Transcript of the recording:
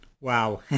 Wow